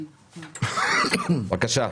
בסדר.